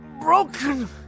broken